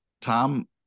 Tom